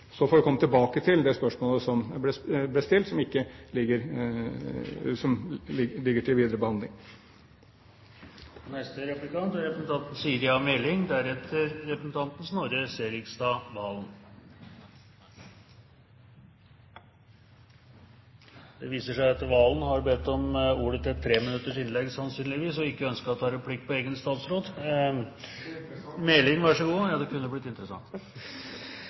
Så får vi komme tilbake til det spørsmålet som ble stilt, som ligger til videre behandling. Neste replikant er representanten Siri A. Meling, deretter representanten Snorre Serigstad Valen. Det viser seg at Valen har bedt om ordet til et treminuttersinnlegg, og ikke ønsker å ta replikk på egen statsråd. Det kunne blitt interessant!